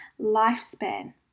lifespan